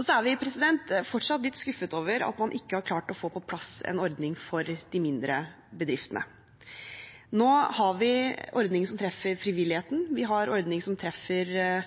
Så er vi fortsatt litt skuffet over at man ikke har klart å få på plass en ordning for de mindre bedriftene. Nå har vi ordninger som treffer frivilligheten, vi har ordninger som treffer